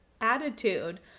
attitude